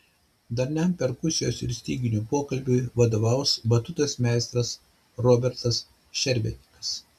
darniam perkusijos ir styginių pokalbiui vadovaus batutos meistras robertas šervenikas